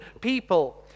people